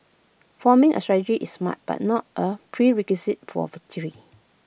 forming A strategy is smart but not A prerequisite for victory